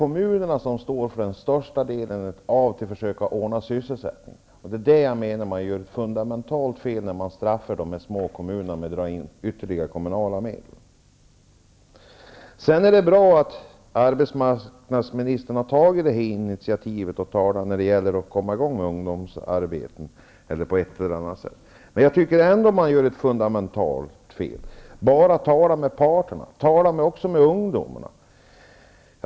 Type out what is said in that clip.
Kommunerna står för den största delen när det gäller att ordna sysselsättning, och därför gör man ett fundamentalt fel när man straffar de små kommunerna genom att dra in ytterligare kommunala medel. Det är bra att arbetsmarknadsministern har tagit initiativet när det gäller att komma i gång med ungdomsarbeten. Men man gör ändå ett fundamentalt fel när man bara talar med parterna. Tala också med ungdomarna!